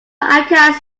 accounts